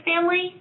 family